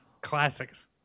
classics